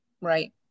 Right